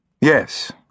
Yes